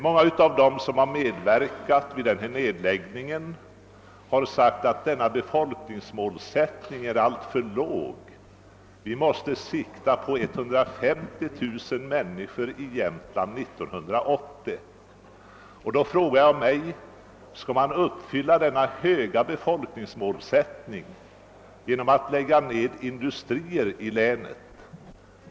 Många av dem som medverkat vid den här nedläggningen har emellertid sagt att denna befolkningsmålsättning är alltför låg; vi måste sikta till 150 000 invånare i Jämtland 1980. Då frågar jag: Skall man uppfylla den höga målsättningen genom att lägga ned industrier i länet?